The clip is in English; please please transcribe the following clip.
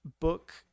book